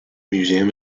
museum